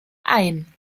ein